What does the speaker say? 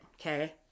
Okay